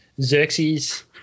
Xerxes